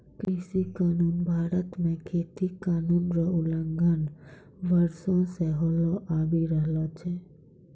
कृषि कानून भारत मे खेती कानून रो उलंघन वर्षो से होलो आबि रहलो छै